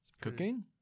Cooking